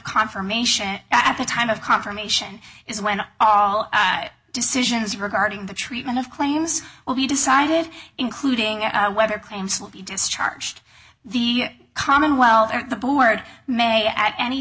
confirmation at the time of confirmation is when all decisions regarding the treatment of claims will be decided including whether claims will be discharged the commonwealth or the board may at any